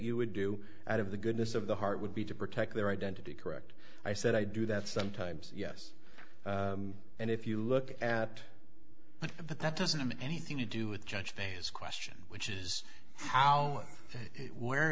you would do out of the goodness of the heart would be to protect their identity correct i said i do that sometimes yes and if you look at it but that doesn't mean anything to do with judge phase question which is how it where